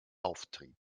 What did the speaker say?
auftrieb